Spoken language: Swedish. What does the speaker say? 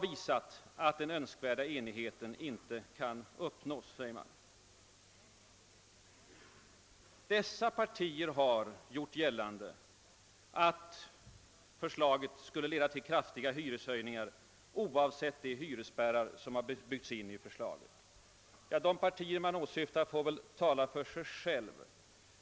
Vidare sägs det att »dessa partier» har gjort gällande att förslaget skulle leda till kraftiga hyreshöjningar oavsett de hyresspärrar som har byggts in i förslaget. De partier justitieministern åsyftar får väl tala för sig själva.